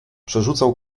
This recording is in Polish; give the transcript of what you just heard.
przerzucał